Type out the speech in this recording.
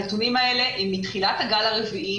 הנתונים האלה הם מתחילת הגל הרביעי,